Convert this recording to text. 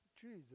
Jesus